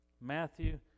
Matthew